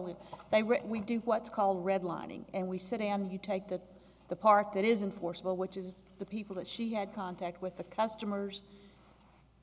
were we do what's called redlining and we sit and you take the the part that isn't forcible which is the people that she had contact with the customers